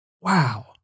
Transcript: wow